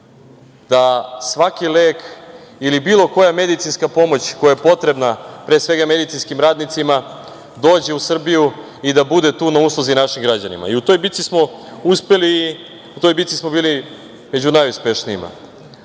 da svaki lek ili bilo koja medicinska pomoć koja je potrebna, pre svega medicinskim radnicima, dođe u Srbiju i da bude tu na usluzi našim građanima i u toj bitki smo uspeli, u toj bitki smo bili među najuspešnijima.